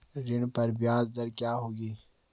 ऋण पर ब्याज दर क्या होगी?